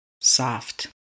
soft